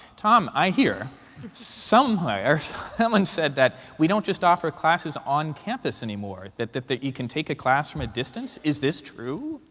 tom, i hear somewhere someone said that we don't just offer classes on campus anymore that that you can take a class from a distance. is this true?